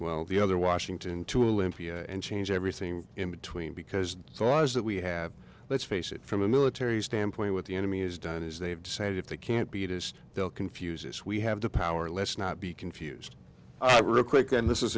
well the other washington to limpia and change everything in between because saw is that we have let's face it from a military standpoint what the enemy is done is they've decided if they can't beat us they'll confuse it's we have the power let's not be confused real quick and this is